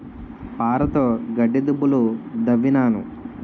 పారతోగడ్డి దుబ్బులు దవ్వినాను